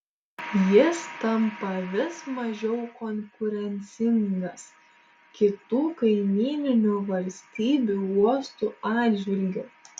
jis tampa vis mažiau konkurencingas kitų kaimyninių valstybių uostų atžvilgiu